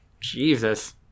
jesus